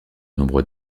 nombre